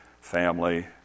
family